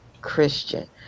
christian